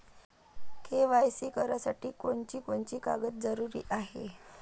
KYC करासाठी कोनची कोनची कागद जरुरी हाय?